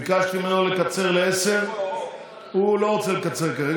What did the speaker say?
ביקשתי ממנו לקצר לעשר והוא לא רוצה לקצר כרגע,